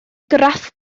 graff